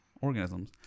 organisms